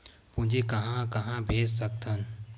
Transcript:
पूंजी कहां कहा भेज सकथन?